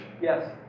Yes